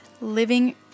living